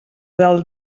del